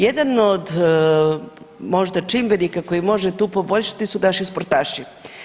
Jedan od možda čimbenika koji može tu poboljšati su naši sportaši.